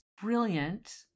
brilliant